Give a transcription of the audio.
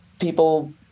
people